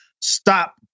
stop